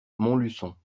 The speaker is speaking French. montluçon